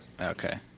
Okay